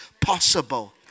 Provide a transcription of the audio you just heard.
possible